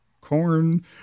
corn